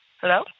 Hello